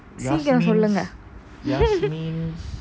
சீக்கிரம் சொல்லுங்க:sikkiram solunga